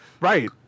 Right